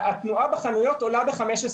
התנועה בחנויות עולה ב-15%.